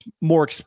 more –